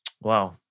Wow